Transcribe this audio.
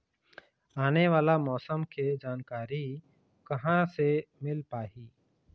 आने वाला मौसम के जानकारी कहां से मिल पाही?